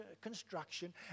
construction